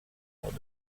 fort